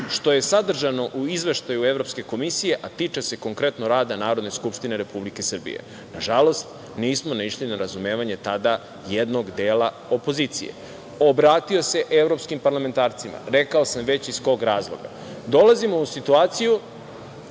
što je sadržano u izveštaju Evropske komisije, a tiče se konkretno rada Narodne skupštine Republike Srbije. Nažalost, nismo naišli na razumevanje tada jednog dela opozicije. Obratio se evropskim parlamentarcima, rekao sam već iz kog razloga. Dolazimo u situaciju